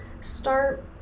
Start